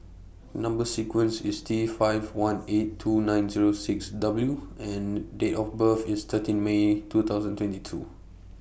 Number sequence IS T five one eight two nine Zero six W and Date of birth IS thirteen May two thousand twenty two